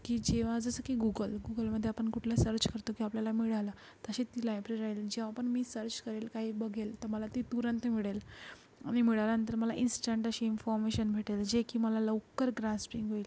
की जेव्हा जसं की गूगल गूगलमध्ये आपण कुठलं सर्च करतो की आपल्याला मिळालं तशीच ती लायब्ररी आहे जेव्हा पण मी सर्च करेल काही बघेल तर मला ती तुरंत मिळेल आम्ही मिळाल्यानंतर मला इन्स्टंट अशी इन्फॉमेशन भेटेल जे की मला लवकर ग्रास्पिंग होईल